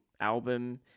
album